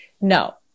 no